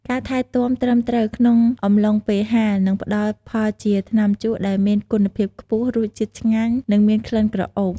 ការថែទាំត្រឹមត្រូវក្នុងអំឡុងពេលហាល នឹងផ្តល់ផលជាថ្នាំជក់ដែលមានគុណភាពខ្ពស់ រសជាតិឆ្ងាញ់ និងមានក្លិនក្រអូប។